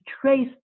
trace